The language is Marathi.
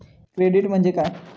क्रेडिट म्हणजे काय?